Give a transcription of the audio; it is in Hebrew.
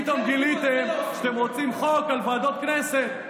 פתאום גיליתם שאתם רוצים חוק על ועדות הכנסת.